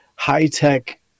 high-tech